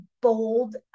bold